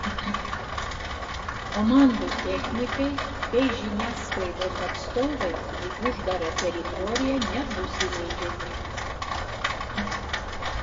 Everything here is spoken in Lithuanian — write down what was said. komandų technikai bei žiniasklaidos atstovai į uždarą teritoriją nebus įleidžiami